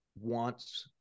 wants